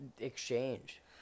Exchange